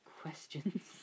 questions